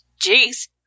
Jeez